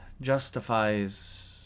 justifies